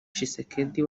tshisekedi